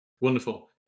Wonderful